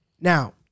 Now